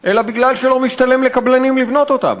אלא בגלל שלא משתלם לקבלנים לבנות אותן,